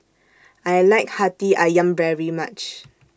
I like Hati Ayam very much